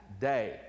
day